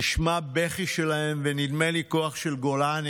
נשמע בכי שלהם, ונדמה לי שכוח של גולני